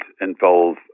involve